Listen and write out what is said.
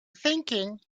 thinking